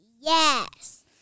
Yes